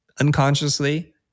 unconsciously